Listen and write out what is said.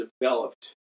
developed